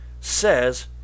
says